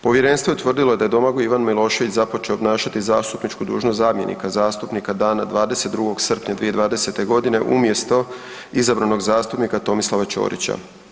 Povjerenstvo je utvrdilo da je Domagoj Ivan Milošević započeo obnašati zastupničku dužnost zamjenika zastupnika dana 22. srpnja 2020. g. umjesto izabranog zastupnika Tomislava Ćorića.